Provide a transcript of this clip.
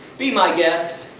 be my guest,